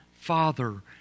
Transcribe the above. Father